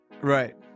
Right